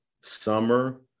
summer